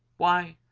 why,